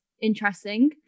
interesting